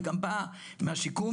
היא גם באה מהשיקום,